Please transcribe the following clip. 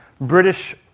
British